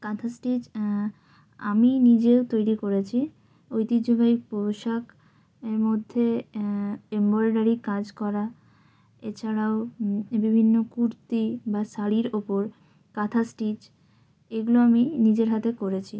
কাঁথা স্টিচ আমি নিজেও তৈরি করেছি ঐতিহ্যবাহী পোশাক এর মধ্যে এমব্রয়ডারি কাজ করা এছাড়াও বিভিন্ন কুর্তি বা শাড়ির ওপর কাঁথা স্টিচ এগুলো আমি নিজের হাতে করেছি